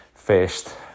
first